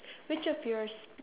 which of yours